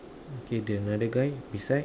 okay the another guy beside